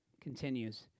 continues